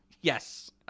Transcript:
Yes